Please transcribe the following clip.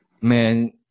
man